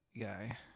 guy